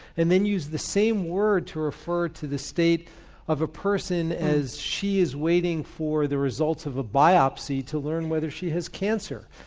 and then use the same word to refer to the state of a person as she is waiting for the results of a biopsy to learn whether she has cancer.